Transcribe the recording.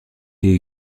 est